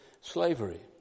slavery